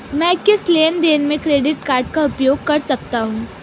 मैं किस लेनदेन में क्रेडिट कार्ड का उपयोग कर सकता हूं?